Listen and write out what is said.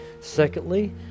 Secondly